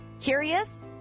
Curious